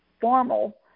formal